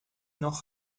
noch